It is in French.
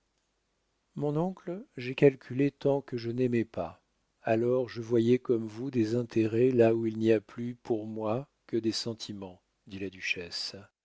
mon oncle j'ai calculé tant que je n'aimais pas alors je voyais comme vous des intérêts là où il n'y a plus pour moi que des sentiments dit la duchesse